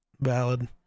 Valid